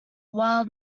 while